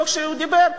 טוב שהוא דיבר,